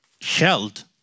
shelled